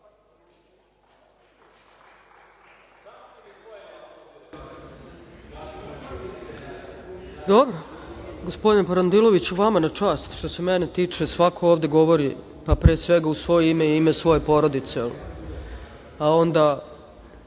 Dobro, gospodine Parandiloviću, vama na čast, što se mene tiče. Svako ovde govori pre svega u svoje ime i ime svoje porodice, a onda